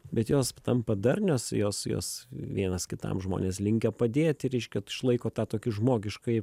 bet jos tampa darnios jos jos vienas kitam žmonės linkę padėti reiškia išlaiko tą tokį žmogiškąjį